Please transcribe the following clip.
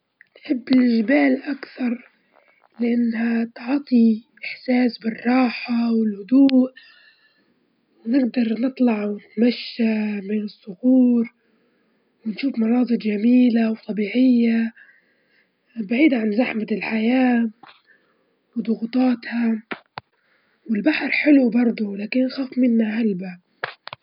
الحيوان المفضل لي هو الديب، لإنه قوي وسريع من أقوى المخلوقات وما يتزوجش على مراتها، وما ياكلش الديب اللي زيه، وغريزته حلوة بكل ما يصاحبش بني آدمين، ميلعبش في السيرك قوي.